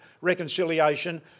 reconciliation